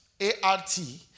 A-R-T